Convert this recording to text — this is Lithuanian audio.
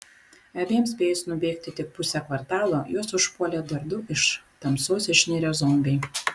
abiem spėjus nubėgti tik pusę kvartalo juos užpuolė dar du iš tamsos išnirę zombiai